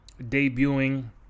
debuting